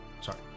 Sorry